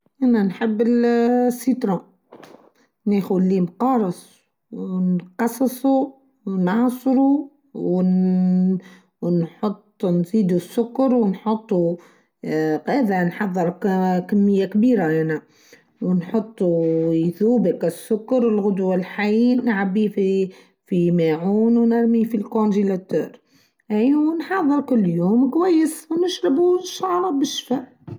نحب السيترا ناخد ليه مقارص. نقصصه ونعصره ونحطو فيه السكر ونحطو هاذا نحضرو كميه كبيره و نحطو يذوبك السكر الغدو الحين نعبيه في معون ونرميه في الكونجيلاتور ونحضره كل يوم كويس ونشربه و إنشاء ربي بالشفاء.